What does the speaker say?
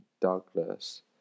Douglas